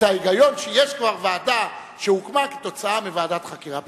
ההיגיון: יש כבר ועדה שהוקמה כתוצאה מוועדת חקירה פרלמנטרית.